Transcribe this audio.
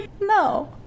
No